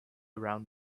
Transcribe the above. around